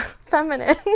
feminine